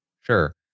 sure